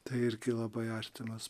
tai irgi labai artimas